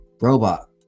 robot